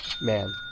man